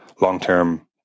long-term